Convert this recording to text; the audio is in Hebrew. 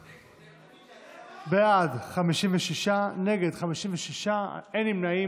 בעד, 56, נגד, 56, אין נמנעים.